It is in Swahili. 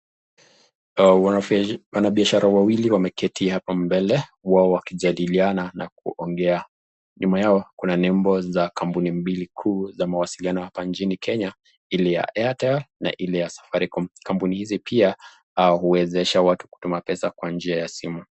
Wanabishara wawili wameketi hapa mbele wao wakijadiliana na kuongea. Nyuma yao kuna nembo za kampuni mbili kuu za mawasiliano hapa nchini Kenya, ile ya Airtel na ile ya Safaricom. Kampuni hizi pia huwezesha watu kutuma pesa kwa njia ya simu.